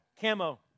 Camo